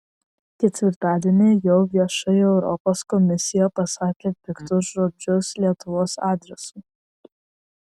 ketvirtadienį jau viešai europos komisija pasakė piktus žodžius lietuvos adresu